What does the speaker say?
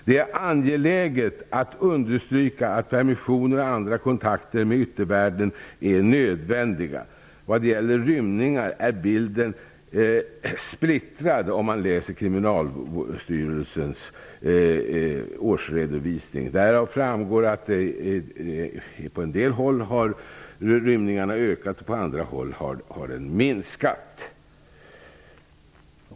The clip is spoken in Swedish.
Det är angeläget att understryka att permissioner och andra kontakter med yttervärlden är nödvändiga. Vad gäller rymningar är bilden splittrad enligt Kriminalvårdsstyrelsens årsredovisning. Därav framgår att rymningarna på en del håll har ökat, på andra håll minskat.